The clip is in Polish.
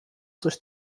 coś